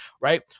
right